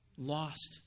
lost